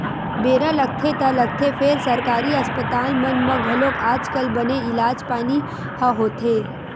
बेरा लगथे ता लगथे फेर सरकारी अस्पताल मन म घलोक आज कल बने इलाज पानी ह होथे